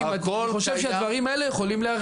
אני חושב שהדברים האלה יכולים להרגיע.